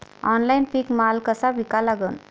Online पीक माल कसा विका लागन?